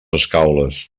escaules